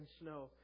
snow